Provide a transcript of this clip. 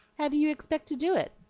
how do you expect to do it?